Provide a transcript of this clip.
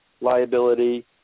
liability